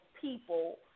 people